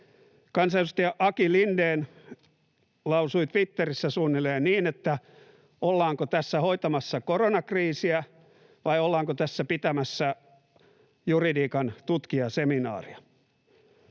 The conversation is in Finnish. Kansanedustaja Aki Lindén lausui Twitterissä suunnilleen niin, että ollaanko tässä hoitamassa koronakriisiä vai ollaanko tässä pitämässä juridiikan tutkijaseminaaria.